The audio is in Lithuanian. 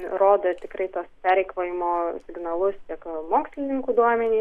rodo tikrai tuos pereikvojimo signalus tie mokslininkų duomenys